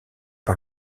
par